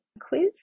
quiz